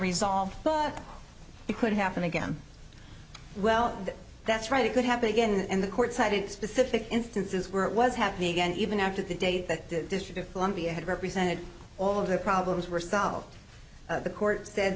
resolved but it could happen again well that's right it could happen again and the court cited specific instances where it was happening again even after the date that the district of columbia had represented all of the problems were solved the court sa